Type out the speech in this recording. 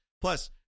plus